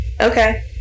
okay